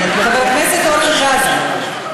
חבר הכנסת אורן חזן,